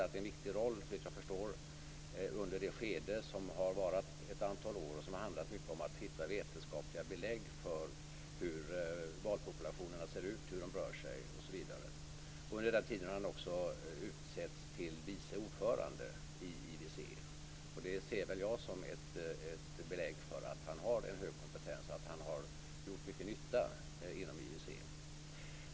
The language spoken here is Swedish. Han har, såvitt jag förstår, spelat en viktig roll under det skede som varat i ett antal år och som mycket handlat om att hitta vetenskapliga belägg för hur valpopulationerna ser ut, hur valarna rör sig osv. Under denna tid har han också utsetts till vice ordförande i IWC. Det ser jag nog som ett belägg för att han har en hög kompetens och att han har gjort mycket nytta inom IWC.